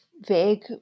vague